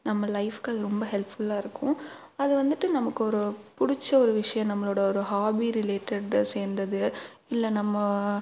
நம்ம லைஃப்புக்கு அது ரொம்ப ஹெல்ப்ஃபுல்லாக இருக்கும் அது வந்துட்டு நமக்கு ஒரு பிடிச்ச ஒரு விஷயம் நம்மளோடய ஒரு ஹாபி ரிலேட்டடாக சேர்ந்தது இல்லை நம்ம